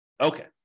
Okay